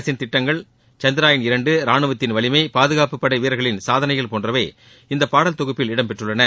அரசின் திட்டங்கள் சந்திரயான் இரண்டு ரானுவத்தின் வலிமை பாதுகாப்பு படை வீரர்களின் சாதனைகள் போன்றவை இந்த பாடல் தொகுப்பில் இடம்பெற்றுள்ளன